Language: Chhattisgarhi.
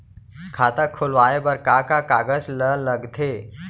खाता खोलवाये बर का का कागज ल लगथे?